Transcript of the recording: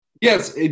Yes